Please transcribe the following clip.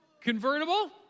Convertible